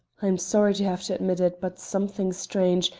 i am sorry to have to admit it, but something strange,